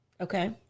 Okay